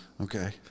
Okay